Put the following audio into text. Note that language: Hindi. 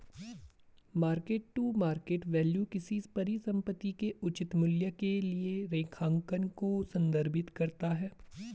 मार्क टू मार्केट वैल्यू किसी परिसंपत्ति के उचित मूल्य के लिए लेखांकन को संदर्भित करता है